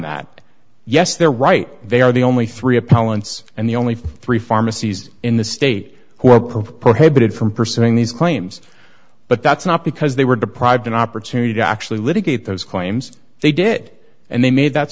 that yes they're right they are the only three appellants and the only three pharmacies in the state who are prohibited from pursuing these claims but that's not because they were deprived an opportunity to actually litigate those claims they did and they made that